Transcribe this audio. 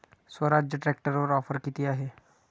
स्वराज्य ट्रॅक्टरवर ऑफर किती आहे?